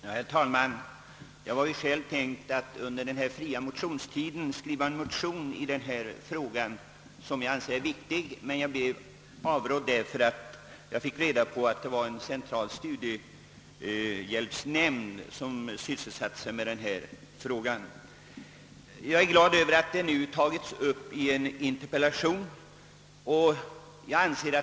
Herr talman! Jag hade tänkt aktualisera denna fråga under den allmänna motionstiden, då jag anser att den är synnerligen viktig. Jag blev emellertid avrådd och fick reda på att en central studiehjälpsnämnd handlägger dessa ärenden. Jag är glad över att frågan nu tagits upp i en interpellation.